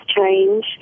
change